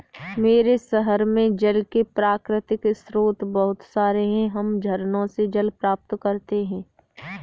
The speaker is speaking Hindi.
मेरे शहर में जल के प्राकृतिक स्रोत बहुत सारे हैं हम झरनों से जल प्राप्त करते हैं